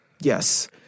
Yes